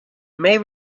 may